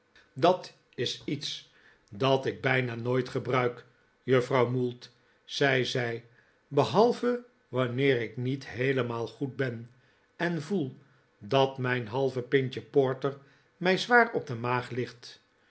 dat is lets dat ik bijna nooit gebruik juffrouw mould zei zij behalve wanneer ik niet heelemaal goed ben en voel dat mijn halve pintje porter mij zwaar op de maag ligt